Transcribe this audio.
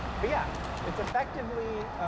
but yeah it's effectively